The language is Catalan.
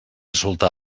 soltar